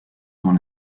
dans